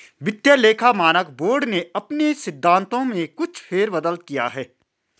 वित्तीय लेखा मानक बोर्ड ने अपने सिद्धांतों में कुछ फेर बदल किया है